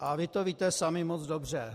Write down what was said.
A vy to víte sami moc dobře.